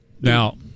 Now